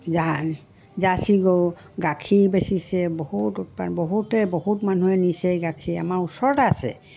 jersey গৰু গাখীৰ বেচিছে বহুত উৎপন্ন বহুতে বহুত মানুহে নিছে গাখীৰ আমাৰ ওচৰৰত আছে